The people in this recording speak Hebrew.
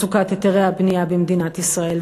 מצוקת היתרי הבנייה במדינת ישראל,